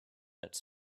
its